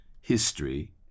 history